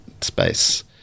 space